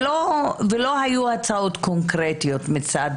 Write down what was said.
ולא היו הצעות קונקרטיות מצד